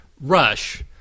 rush